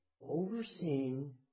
Overseeing